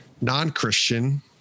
non-Christian